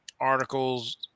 articles